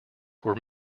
were